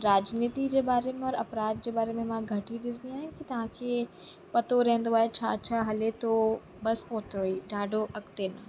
राजनीति जे बारे में और अपराध जे बारे में मां घटि ई ॾिसंदी आहियां की तव्हांखे पतो रहंदो आहे छा छा हले थो बसि ओतिरो ई ॾाढो अॻिते न